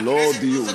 זה לא דיון.